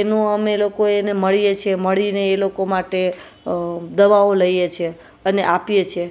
એનું અમે લોકો એને મળીએ છીએ મળીને એ લોકો માટે દવાઓ લઈએ છીએ અને આપીએ છીએ